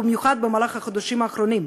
במיוחד במהלך החודשים האחרונים.